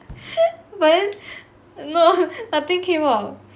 but then no nothing came out